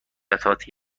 قطعات